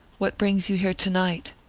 what brings you here to-night?